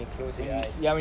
when you close your eyes